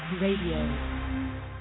Radio